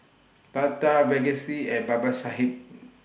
Tata Verghese and Babasaheb